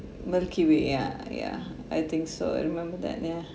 milky way ya ya I think so I remember that ya